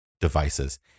devices